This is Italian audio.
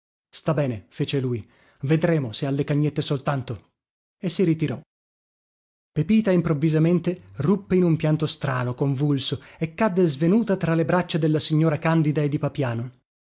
sta bene fece lui vedremo se alle cagnette soltanto e si ritirò pepita improvvisamente ruppe in un pianto strano convulso e cadde svenuta tra le braccia della signora candida e di papiano